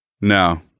No